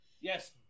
Yes